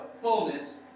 fullness